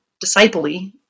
disciple-y